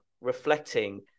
reflecting